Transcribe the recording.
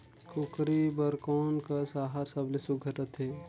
कूकरी बर कोन कस आहार सबले सुघ्घर रथे?